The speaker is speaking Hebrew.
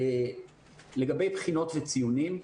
לגבי בחינות וציונים,